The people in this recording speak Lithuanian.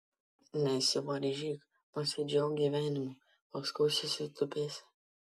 nesivaržyk pasidžiauk gyvenimu paskui susitupėsi